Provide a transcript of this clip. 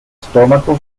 stomaco